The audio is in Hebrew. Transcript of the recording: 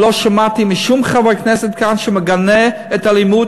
שלא שמעתי משום חבר כנסת כאן שהוא מגנה את האלימות